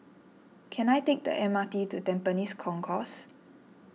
can I take the M R T to Tampines Concourse